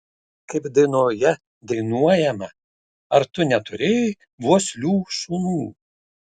kaip dainoje dainuojama ar tu neturėjai vuoslių šunų